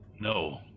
No